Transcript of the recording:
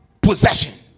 possession